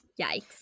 Yikes